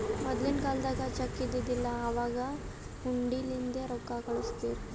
ಮೊದಲಿನ ಕಾಲ್ದಾಗ ಚೆಕ್ ಇದ್ದಿದಿಲ್ಲ, ಅವಾಗ್ ಹುಂಡಿಲಿಂದೇ ರೊಕ್ಕಾ ಕಳುಸ್ತಿರು